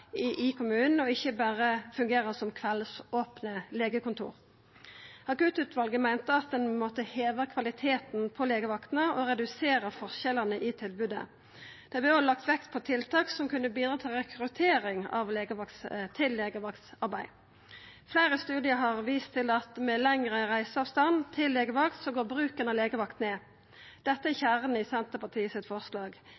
i kommunen, og ikkje berre fungera som kveldsopne legekontor. Akuttutvalet meinte at ein måtte heva kvaliteten på legevaktene og redusera forskjellane i tilbodet. Det vart òg lagt vekt på tiltak som kunne bidra til rekruttering til legevaktsarbeid. Fleire studiar har vist til at med lengre reiseavstand til legevakta går bruken av legevakta ned. Dette er